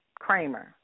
Kramer